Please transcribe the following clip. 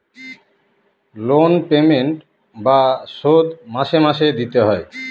loan payment বা শোধ মাসে মাসে দিতে হয়